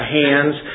hands